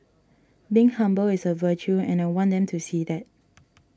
being humble is a virtue and I want them to see that